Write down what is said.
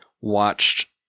watched